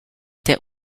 that